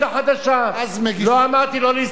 לא אמרתי לא לשרוף ולא אמרתי לקרוע,